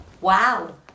Wow